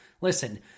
Listen